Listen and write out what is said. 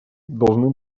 должны